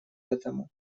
этому